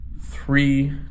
three